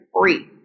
free